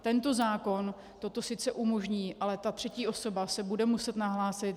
Tento zákon toto sice umožní, ale ta třetí osoba se bude muset nahlásit.